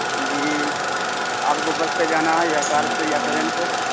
جی آپ کو بس سے جانا ہے یا کار سے یا ٹرین سے